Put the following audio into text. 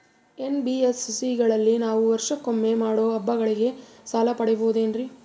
NBSC ಗಳಲ್ಲಿ ನಾವು ವರ್ಷಕೊಮ್ಮೆ ಮಾಡೋ ಹಬ್ಬಗಳಿಗೆ ಸಾಲ ಪಡೆಯಬಹುದೇನ್ರಿ?